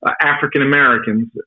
African-Americans